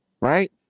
right